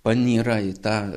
panyra į tą